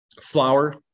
Flour